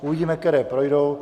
Uvidíme, které projdou.